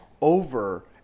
Over